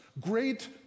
great